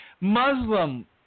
Muslim